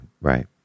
Right